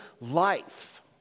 life